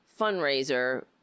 fundraiser